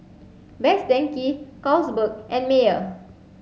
Best Denki Carlsberg and Mayer